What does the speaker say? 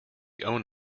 own